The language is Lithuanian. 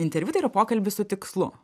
interviu tai yra pokalbis su tikslu